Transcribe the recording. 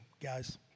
guys